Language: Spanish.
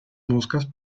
moscas